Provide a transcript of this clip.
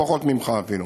או פחות ממך אפילו,